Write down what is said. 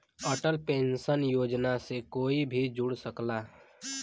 Atal pension Yojana से कोई भी जुड़ सकला